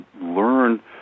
learn